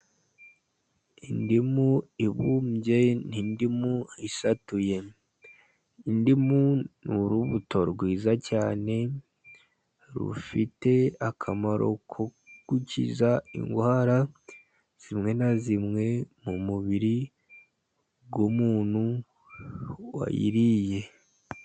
Indimu ibumbye n'indimu isatuye. Indimu ni urubuto rwiza cyane rufite akamaro ko gukiza indwara zimwe na zimwe, mu mubiri w'umuntu wayiriye.